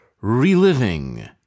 reliving